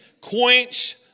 quench